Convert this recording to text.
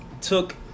took